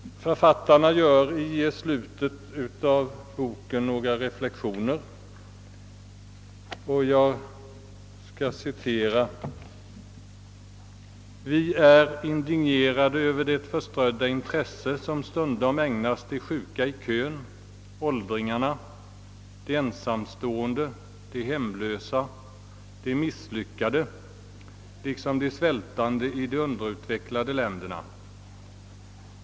Författarna gör i slutet av boken några reflexioner. Jag skall citera: »Vi är indignerade över det förströdda intresse, som stundom ägnas de sjuka i kön, åldringarna, de ensamstående, de hemlösa, de ”misslyckade', liksom de svältande i de underutvecklade länderna.